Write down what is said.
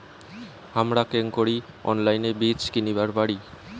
হামরা কেঙকরি অনলাইনে বীজ কিনিবার পারি?